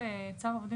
עצמי,